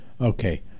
Okay